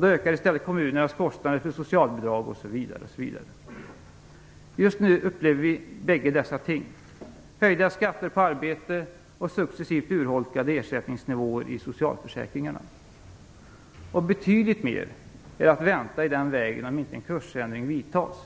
Då ökar i stället kommunernas kostnader för socialbidragen, osv. Just nu upplever vi bägge dessa ting - höjda skatter på arbete och successivt urholkade ersättningsnivåer i socialförsäkringarna. Och betydligt mer är att vänta i den vägen om inte en kursändring vidtas!